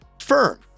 Firm